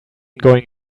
going